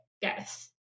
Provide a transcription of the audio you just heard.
yes